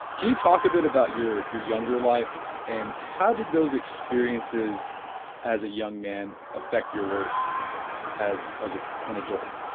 can you talk a bit about your your younger life and how did those experiences as a young man affect your work as ah an adult?